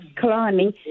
climbing